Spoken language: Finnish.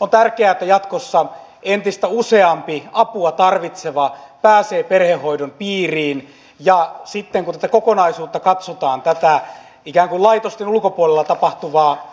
on tärkeää että jatkossa entistä useampi apua tarvitseva pääsee perhehoidon piiriin ja sitten kun kokonaisuutta katsotaan tätä ikään kuin laitosten ulkopuolella tapahtuvaa